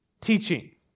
Teaching